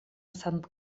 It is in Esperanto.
sankt